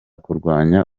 kurwanya